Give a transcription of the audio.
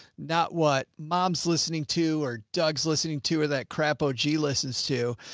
not what mom's listening to or doug's listening to, or that crap oge listens to.